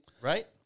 right